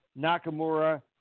Nakamura